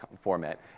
format